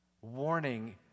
warning